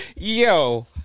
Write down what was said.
Yo